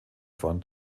von